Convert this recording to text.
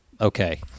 Okay